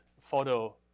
photo